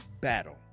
battle